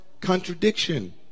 contradiction